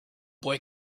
boy